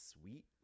sweet